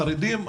חרדים.